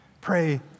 Pray